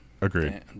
agreed